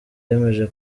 yemeje